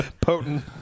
potent